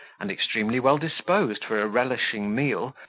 and extremely well disposed for a relishing meal,